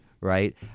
right